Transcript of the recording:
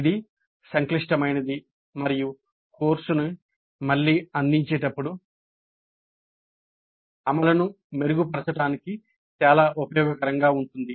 ఇది సంక్షిప్తమైనది మరియు కోర్సును మళ్లీ అందించేటప్పుడు అమలును మెరుగుపరచడానికి చాలా ఉపయోగకరంగా ఉంటుంది